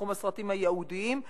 בתחום הסרטים הייעודיים,